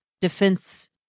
defense